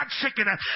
chicken